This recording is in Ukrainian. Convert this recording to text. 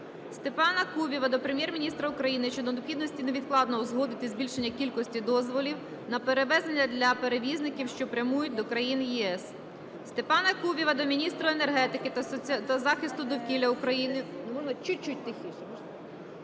Степана Кубіва до Прем'єр-міністра України щодо необхідності невідкладно узгодити збільшення кількості дозволів на перевезення для перевізників, що прямують до країн ЄС. Степана Кубіва до міністра енергетики та захисту довкілля України